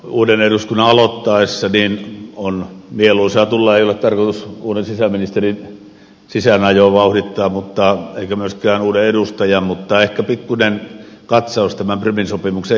uuden eduskunnan aloittaessa on mieluisaa tulla ei ole tarkoitus uuden sisäministerin sisäänajoa vauhdittaa eikä myöskään uuden edustajan ehkä antamaan pikkuinen katsaus prumin sopimuksen historiaan